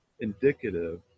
indicative